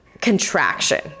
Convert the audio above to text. contraction